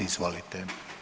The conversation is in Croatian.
Izvolite.